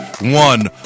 One